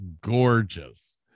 gorgeous